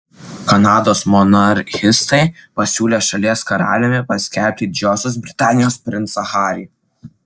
kanados monarchistai pasiūlė šalies karaliumi paskelbti didžiosios britanijos princą harį